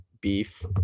beef